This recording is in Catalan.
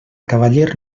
cavaller